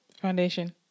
Foundation